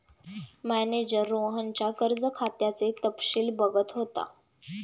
manager रोहनच्या कर्ज खात्याचे तपशील बघत होता